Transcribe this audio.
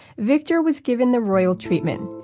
victor was given the royal treatment.